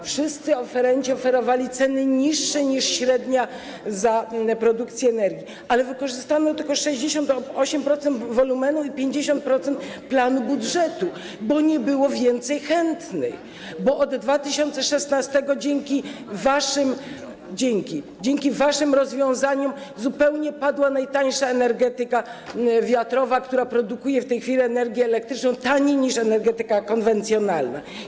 Wszyscy oferenci oferowali ceny niższe niż średnia cena za produkcję energii, ale wykorzystano tylko 68% wolumenu i 50% planu budżetu, bo nie było więcej chętnych, bo od 2016 r. dzięki waszym rozwiązaniom zupełnie padła najtańsza energetyka wiatrowa, która produkuje w tej chwili energię elektryczną taniej niż energetyka konwencjonalna.